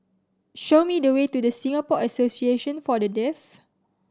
show me the way to Singapore Association For The Deaf